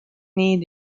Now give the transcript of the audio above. need